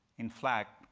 in fact,